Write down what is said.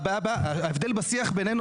ההבדל בשיח בינינו,